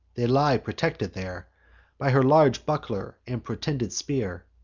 they lie protected there by her large buckler and protended spear.